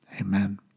Amen